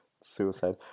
Suicide